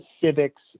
civics